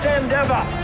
endeavor